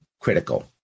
Critical